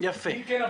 אם כן,